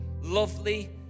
lovely